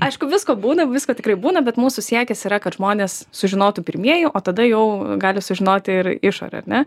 aišku visko būna visko tikrai būna bet mūsų siekis yra kad žmonės sužinotų pirmieji o tada jau gali sužinot ir išorė ar ne